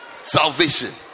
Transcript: Salvation